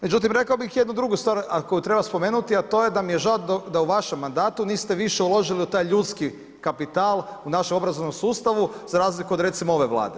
Međutim, rekao bi jednu drugu stvar, a koju treba spomenuti, a to je da mi je žao da u vašem mandatu niste više uložili u taj ljudski kapital, u naš obrazovni sustavu, za razliku od recimo, ove vlade.